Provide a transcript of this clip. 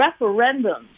referendums